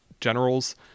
generals